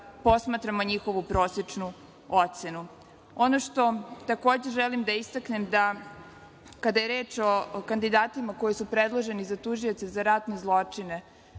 posmatramo njihovu prosečnu ocenu. Ono što takođe želim da istaknem kada je reč o kandidatima koji su predloženi za tužioce za ratne zločine,